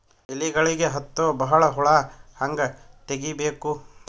ಎಲೆಗಳಿಗೆ ಹತ್ತೋ ಬಹಳ ಹುಳ ಹಂಗ ತೆಗೀಬೆಕು?